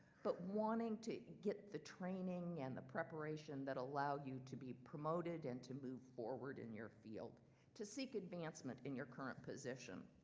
but wanting to get the training and the preparation that allow you to be promoted and to move forward in your field to seek advancement in your current position.